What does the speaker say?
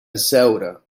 asseure